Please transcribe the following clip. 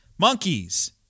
Monkeys